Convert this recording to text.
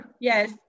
yes